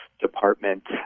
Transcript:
department